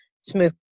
smooth